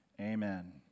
Amen